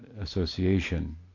association